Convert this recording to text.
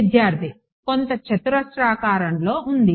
విద్యార్థి కొంత చతురస్రాకారంలో ఉంది